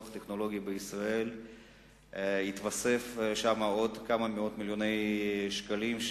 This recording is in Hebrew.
טכנולוגי בישראל יתווספו עוד כמה מיליוני שקלים,